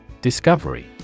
Discovery